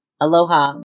Aloha